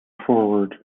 forward